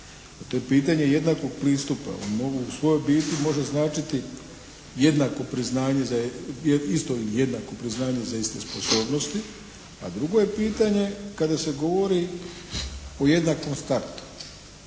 To je pitanje jednakog pristupa. On u svojoj može značiti jednako priznanje za, isto jednako priznanje za iste sposobnosti, a drugo je pitanje kada se govori o jednakom startu.